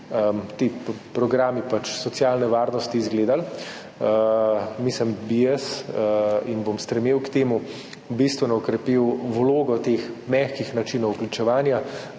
ti programi socialne varnosti izgledali, bi jaz, in bom stremel k temu, bistveno okrepil vlogo teh mehkih načinov vključevanja,